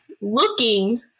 looking